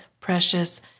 precious